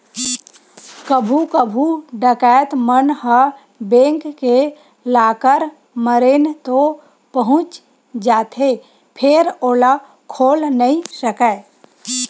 कभू कभू डकैत मन ह बेंक के लाकर मेरन तो पहुंच जाथे फेर ओला खोल नइ सकय